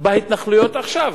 בהתנחלויות עכשיו.